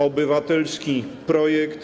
Obywatelski projekt.